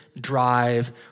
drive